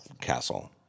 castle